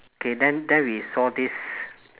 K then then we saw this